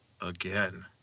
Again